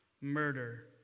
murder